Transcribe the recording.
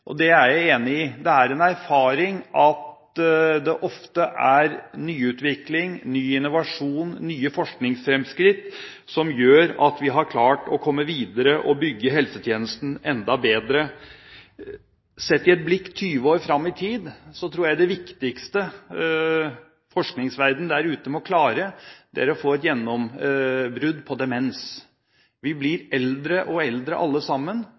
Det er jeg enig i. Det er en erfaring at det ofte er nyutvikling, ny innovasjon og nye forskningsfremskritt som gjør at vi har klart å komme videre og bygge helsetjenesten enda bedre. Sett i et blikk 20 år fram i tid tror jeg det viktigste forskningsverdenen der ute må klare, er å få et gjennombrudd når det gjelder demens. Vi blir eldre og eldre alle sammen.